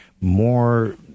more